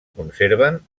conserven